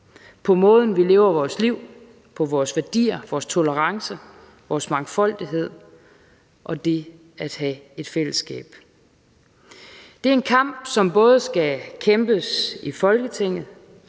på måden, vi lever vores liv på, på vores værdier, vores tolerance, vores mangfoldighed og det at have et fællesskab. Det er en kamp, som både skal kæmpes i Folketinget,